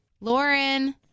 Lauren